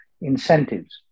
incentives